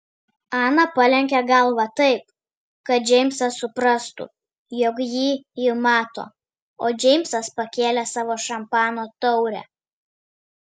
ana palenkė galvą taip kad džeimsas suprastų jog jį ji mato o džeimsas pakėlė savo šampano taurę